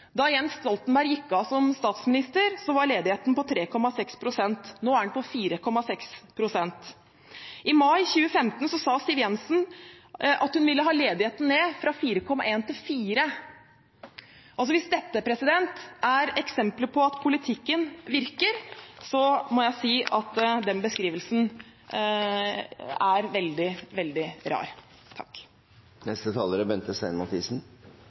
Da Jens Stoltenberg gikk av som statsminister, var ledigheten på 3,6 pst., nå er den på 4,6 pst. I mai 2015 sa Siv Jensen at hun ville ha ledigheten ned fra 4,1 pst. til 4 pst. Hvis dette er eksempler på at politikken virker, må jeg si at den beskrivelsen er veldig, veldig rar.